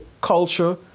culture